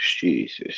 Jesus